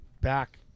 back